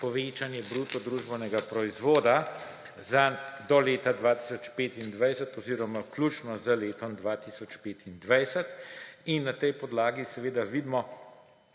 povečanje bruto družbenega proizvoda do leta 2025 oziroma vključno z letom 2025. In na tej podlagi vidimo,